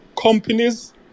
companies